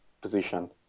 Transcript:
position